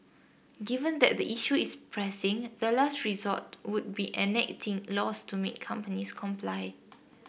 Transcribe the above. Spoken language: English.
given that the issue is pressing the last resort would be enacting laws to make companies comply